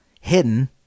hidden